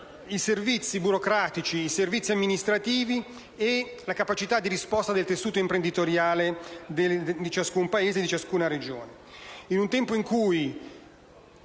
servizi burocratici, quelli amministrativi e la capacità di risposta del tessuto imprenditoriale di ciascun Paese e di ciascuna Regione. In un tempo in cui